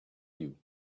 you